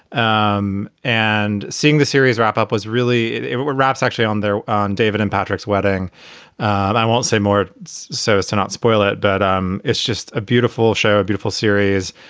um and seeing the series wrap up was really rapp's actually on there on david and patrick's wedding and i won't say more so as to not spoil it, but it's just a beautiful show, a beautiful series.